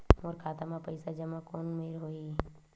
मोर खाता मा पईसा जमा कोन मेर होही?